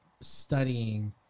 studying